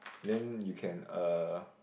then you can uh